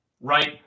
right